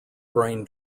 brain